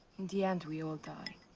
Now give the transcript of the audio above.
in the end, we all die.